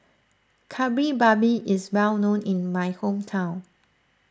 Kari Babi is well known in my hometown